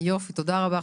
תודה רבה.